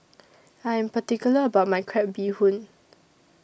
I'm particular about My Crab Bee Hoon